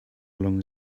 along